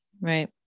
Right